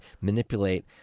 manipulate